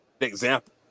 example